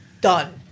done